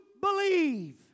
believe